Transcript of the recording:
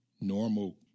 normal